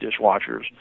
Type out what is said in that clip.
dishwashers